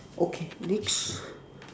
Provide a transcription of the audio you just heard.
okay next